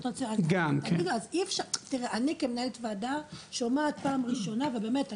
אני כמנהלת וועדה שומעת פעם ראשונה ובאמת,